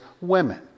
women